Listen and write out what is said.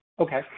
Okay